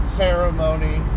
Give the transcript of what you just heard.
ceremony